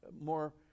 more